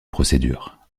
procédure